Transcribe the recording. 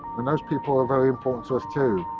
and those people are very important to us too,